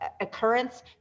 occurrence